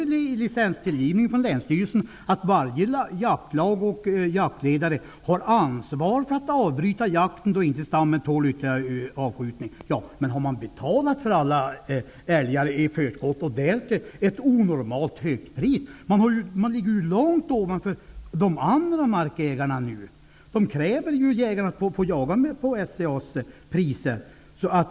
Det sägs från länsstyrelsen att varje jaktlag och varje jaktledare har ett ansvar att avbryta jakten då älgstammen inte tål ytterligare avskjutning. Men de har ju betalat för alla älgar i förskott, och därtill ett onormalt högt pris. Man ligger nu långt ovanför de andra markägarna. Jägarna kräver att få jaga till SCA:s priser.